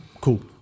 cool